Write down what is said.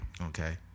Okay